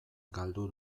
galdu